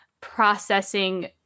processing